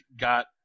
got